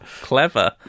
clever